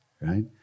right